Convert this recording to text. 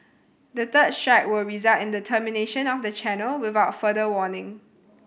the third strike will result in the termination of the channel without further warning